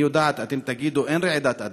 אני יודעת, אתם תגידו: אין רעידת אדמה,